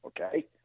Okay